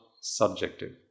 subjective